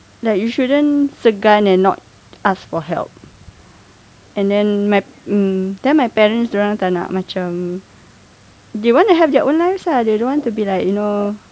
like you shouldn't segan and not ask for help and then my mm then my parents dia orang tak nak macam they want to have their own lives lah they don't want to be like you know